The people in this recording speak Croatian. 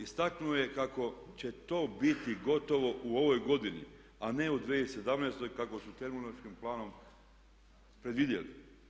Istaknuo je kako će to biti gotovo u ovoj godini, a ne u 2017. kako su tehnološkim planom predvidjeli.